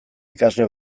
ikasle